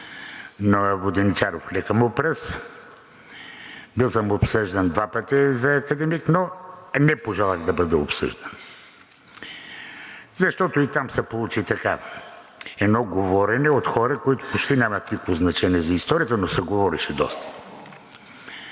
на Воденичаров лека му пръст. Бил съм обсъждан два пъти за академик, но не пожелах да бъда обсъждан, защото и там се получи така – едно говорене от хора, които почти нямат никакво значение за историята, но се говореше доста.